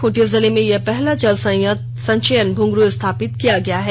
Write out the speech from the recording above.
खूंटी जिले में यह पहला जल संचयन भूंगरु स्थापित किया गया है